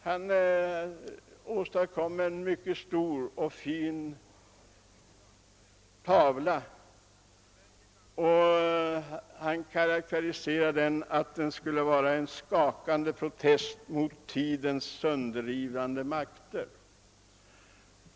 Han målade bl.a. en stor och förnämlig tavla och sade att den skulle vara en skakande protest mot tidens sönderrivande makter.